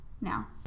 now